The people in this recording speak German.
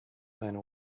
seine